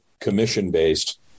commission-based